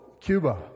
Cuba